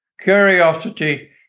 curiosity